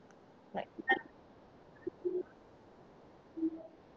like